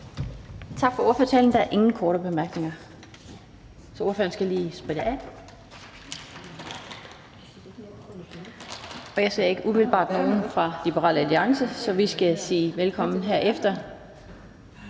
Tak for ordførertalen. Der er ingen korte bemærkninger. Ordføreren skal lige spritte af. Jeg ser ikke umiddelbart nogen fra Liberal Alliance, så vi skal herefter